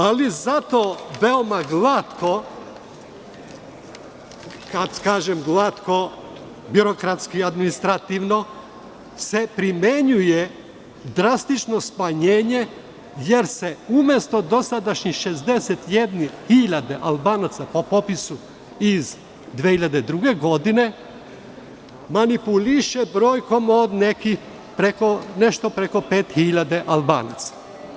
Ali zato veoma glatko, kad kažem glatko, birokratski administrativno, se primenjuje drastično smanjenje jer se umesto dosadašnjih 61 hiljade Albanaca po popisu iz 2002. godine, manipuliše brojkom od nekih nešto preko pet hiljada Albanaca.